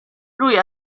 lui